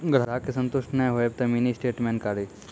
ग्राहक के संतुष्ट ने होयब ते मिनि स्टेटमेन कारी?